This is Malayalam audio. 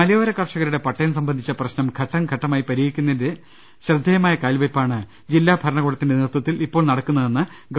മലയോര കർഷകരുടെ പട്ടയം സംബന്ധിച്ചു പ്രശ്നം ഘട്ടം ഘട്ട മായി പരിഹരിക്കുന്നതിന്റെ ശ്രദ്ധേയമായ കാൽവെയ്പാണ് ജില്ലാ ഭരണകൂടത്തിന്റെ നേതൃത്വത്തിൽ ഇപ്പോൾ നടക്കുന്നതെന്ന് ഗവ